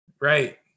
right